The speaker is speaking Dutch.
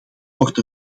wordt